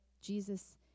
Jesus